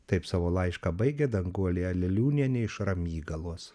taip savo laišką baigia danguolė aleliūnienė iš ramygalos